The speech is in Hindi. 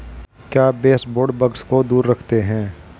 क्या बेसबोर्ड बग्स को दूर रखते हैं?